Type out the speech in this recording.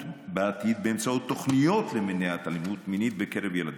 בעתיד באמצעות תוכניות למניעת אלימות מינית בקרב ילדים,